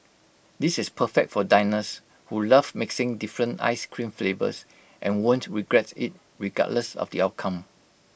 this is perfect for diners who love mixing different Ice Cream flavours and won't regret IT regardless of the outcome